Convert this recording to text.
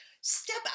Step